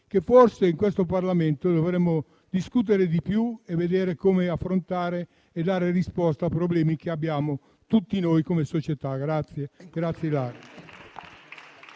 che forse in questo Parlamento dovremmo discutere di più per capire come affrontare e dare risposta a problemi che abbiamo tutti noi come società. Grazie Ilaria.